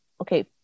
okay